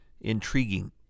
Intriguing